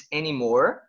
anymore